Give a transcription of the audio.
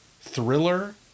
thriller